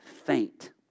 faint